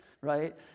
right